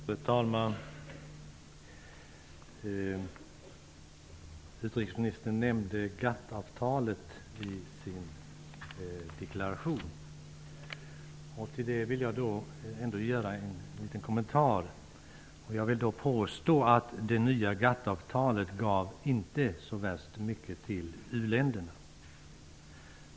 Fru talman! Utrikesministern nämnde GATT avtalet i sin deklaration. Till det vill jag göra en liten kommentar. Jag vill påstå att det nya GATT avtalet inte gav så värst mycket till u-länderna.